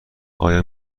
آیا